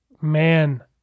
Man